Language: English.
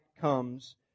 comes